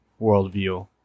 worldview